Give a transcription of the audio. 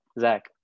Zach